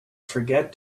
forget